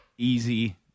Easy